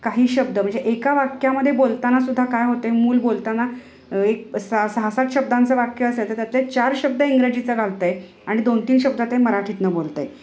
काही शब्द म्हणजे एका वाक्यामध्ये बोलताना सुद्धा काय होते आहे मूल बोलताना एक सा सहा सात शब्दांचे वाक्य असेल तर त्यातले चार शब्द इंग्रजीचे घालते आहे आणि दोन तीन शब्द ते मराठीतून बोलत आहे